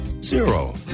zero